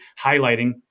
highlighting